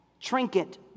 Trinket